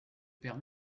père